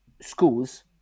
schools